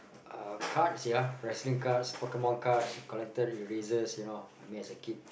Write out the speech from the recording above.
uh cards yeah wrestling cards Pokemon cards collected erasers you know I mean as a kid